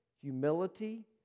humility